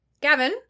Gavin